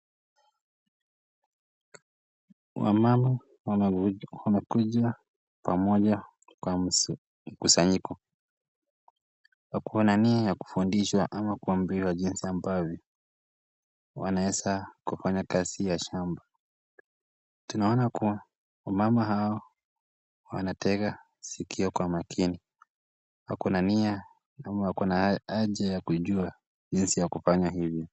Wamama wanakujia pamoja kwa mkusanyiko. Wako na nia ya kufundishwa ama kuambiwa jinsi ambavyo wanaweza kufanya kazi ya shamba. Tunaona kuwa wamama hao wanatega sikio kwa makini. Wako na nia na wako na haja ya kujua jinsi ya kufanya hivyo.